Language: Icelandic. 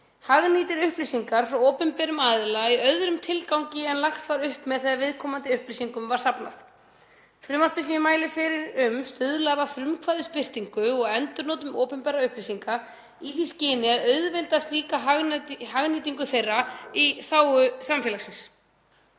hagnýtir upplýsingar frá opinberum aðilum í öðrum tilgangi en lagt var upp með þegar viðkomandi upplýsingunum var safnað. Frumvarpið sem ég mæli fyrir nú stuðlar að frumkvæðisbirtingu og endurnotum opinberra upplýsinga í því skyni að auðvelda hagnýtingu þeirra í þágu samfélagsins.